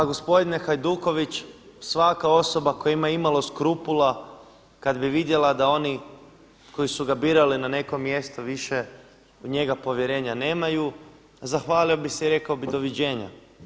Pa gospodine Hajduković, svaka osoba koja ima imalo skrupula kad bi vidjela da oni koji su ga birali na neko mjesto više u njega povjerenja nemaju zahvalio bih se i rekao bi doviđenja.